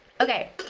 Okay